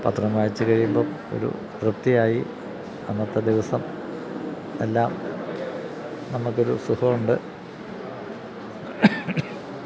പത്രം വായിച്ചുകഴിയുമ്പോള് ഒരു തൃപ്തിയായി അന്നത്തെ ദിവസം എല്ലാം നമുക്കൊരു സുഖമുണ്ട്